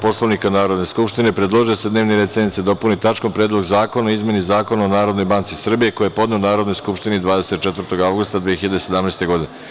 Poslovnika Narodne skupštine, predložio je da se dnevni red sednice dopuni tačkom – Predlog zakona o izmeni Zakona o Narodnoj banci Srbije, koji je podneo Narodnoj skupštini 24. avgusta 2017. godine.